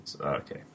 Okay